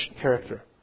character